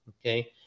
Okay